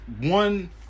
One